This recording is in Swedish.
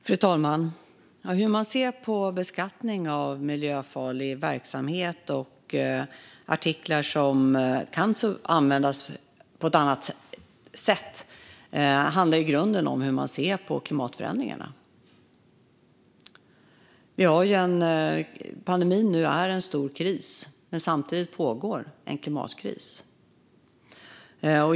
Fru talman! Hur man ser på beskattning av miljöfarlig verksamhet och artiklar som kan användas på ett annat sätt handlar i grunden om hur man ser på klimatförändringarna. Pandemin är en stor kris, men samtidigt pågår en klimatkris.